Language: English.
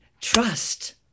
trust